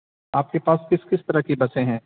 آپ کے پاس کس کس طرح کی بسیں ہیں